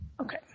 Okay